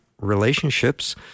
relationships